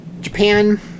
Japan